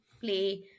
play